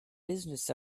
business